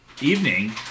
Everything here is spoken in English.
evening